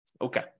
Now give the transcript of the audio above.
Okay